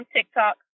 TikTok